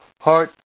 heart